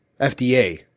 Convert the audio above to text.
FDA